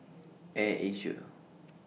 Air Asia